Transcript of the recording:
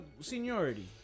seniority